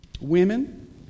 Women